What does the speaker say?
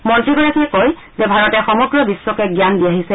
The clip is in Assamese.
মন্ত্ৰীগৰাকীয়ে কয় যে ভাৰতে সমগ্ৰ বিশ্বকে জান দি আহিছে